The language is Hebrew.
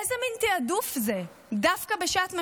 איזה מין תיעדוף זה דווקא בשעת משבר?